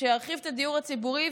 שירחיב את הדיור הציבורי,